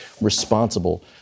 responsible